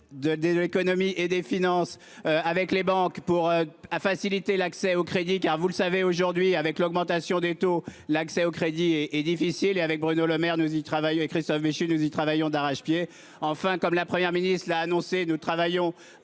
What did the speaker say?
De l'Économie et des Finances avec les banques pour à faciliter l'accès au crédit car vous le savez aujourd'hui avec l'augmentation des taux l'accès au crédit et est difficile et avec Bruno Lemaire, nous y travaillons et Christophe Béchu. Nous y travaillons d'arrache-pied. Enfin comme la Première ministre, il a annoncé, nous travaillons